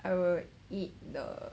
I will eat the